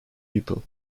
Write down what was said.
pupil